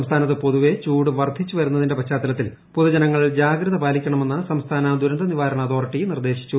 സംസ്ഥാനത്ത് പൊതുവെ ചൂട് വർധിച്ചു വരുന്നതിൻറെ പശ്ചാത്തലത്തിൽ പൊതുജനങ്ങൾ ജാഗ്രത പാലിക്കണമെന്ന് സംസ്ഥാന ദൂരന്ത നിവാരണ അതോറിറ്റി നിർദേശിച്ചു